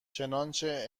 چنانچه